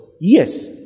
Yes